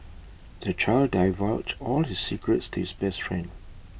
the child divulged all his secrets to his best friend